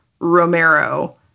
romero